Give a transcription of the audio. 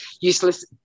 useless